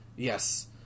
Yes